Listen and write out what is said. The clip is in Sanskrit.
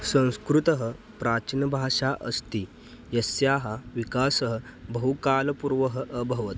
संस्कृतं प्राचीनभाषा अस्ति यस्याः विकासः बहुकालपूर्वः अभवत्